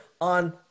on